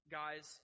guys